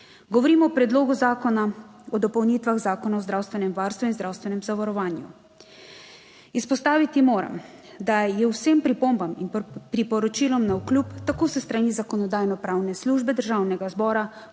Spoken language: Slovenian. Govorimo o Predlogu zakona o dopolnitvah Zakona o zdravstvenem varstvu in zdravstvenem zavarovanju. Izpostaviti moram, da je vsem pripombam in priporočilom navkljub, tako s strani Zakonodajno-pravne službe Državnega zbora,